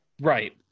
Right